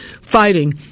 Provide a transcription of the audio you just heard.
fighting